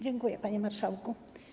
Dziękuję, panie marszałku.